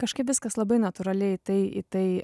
kažkaip viskas labai natūraliai tai į tai